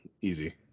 easy